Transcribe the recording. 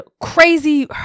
crazy